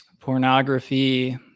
Pornography